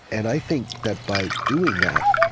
and i think that by doing that,